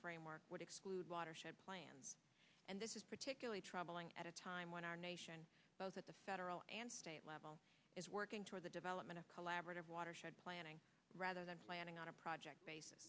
framework would exclude watershed plans and this is particularly troubling at a time when our nation both at the federal and state level is working toward the development of collaborative watershed planning rather than planning on a project basis